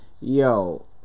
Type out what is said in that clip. yo